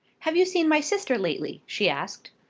have you seen my sister lately? she asked.